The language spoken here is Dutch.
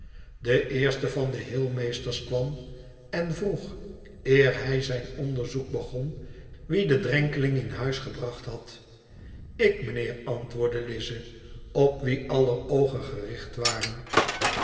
de eerste van de heelmeesters kwam en vroeg eer hij zijn onderzoek begon wie den drenkeling in huis gebracht had ik mijnheer antwoordde lize op wie aller oogen gericht waren